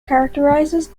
characterizes